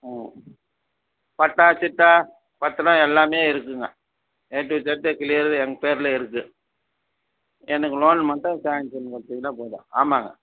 ம் பட்டா சிட்டா பத்திரம் எல்லாமே இருக்குங்க ஏ டூ இசட் கிலியராக என் பேரில் இருக்கு எனக்கு லோன் மட்டும் சாங்க்ஷன் பண்ணிட்டிங்கன்னா போதும் ஆமாம்ங்க